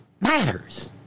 matters